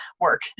work